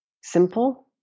simple